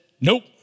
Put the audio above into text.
nope